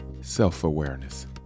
Self-Awareness